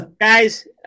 Guys